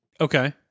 Okay